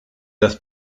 das